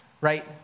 right